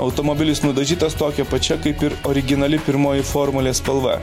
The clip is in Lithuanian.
automobilis nudažytas tokia pačia kaip ir originali pirmoji formulės spalva